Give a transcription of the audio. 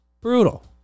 brutal